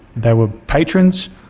they were patrons,